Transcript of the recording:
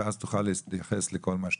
ואז תוכל להתייחס לכל מה שתבחר.